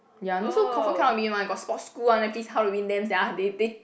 ya not so confirm cannot win one got sports school one eh please how to win them sia they they